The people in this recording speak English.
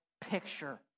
picture